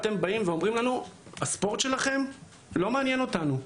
אתם באים ואומרים לנו שהספורט שלנו לא מעניין אתכם,